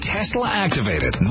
Tesla-activated